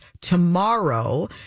tomorrow